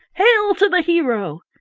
hail to the hero!